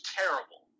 terrible